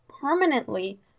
permanently